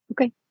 Okay